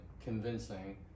convincing